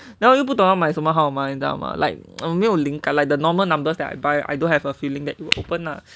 然后又不懂要买什么号码你知道 mah like err 没有灵感 like the normal numbers that I buy I don't have a feeling that it will open lah